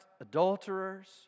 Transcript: adulterers